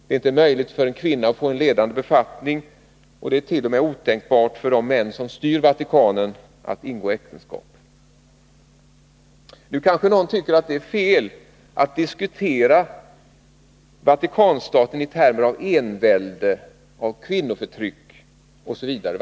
Det är inte möjligt för en kvinna att få en ledande befattning där, och det är t.o.m. otänkbart för de män som styr Vatikanen att ingå äktenskap. Någon kanske tycker att det är fel att diskutera Vatikanstaten i termer av envälde, av kvinnoförtryck osv.